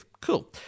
Cool